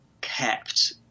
kept